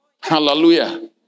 Hallelujah